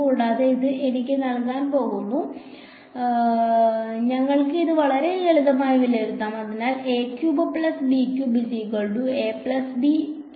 കൂടാതെ ഇത് എനിക്ക് നൽകാൻ പോകുന്നു ഞങ്ങൾക്ക് ഇത് വളരെ ലളിതമായി വിലയിരുത്താം